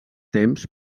temps